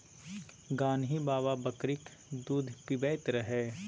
गान्ही बाबा बकरीक दूध पीबैत रहय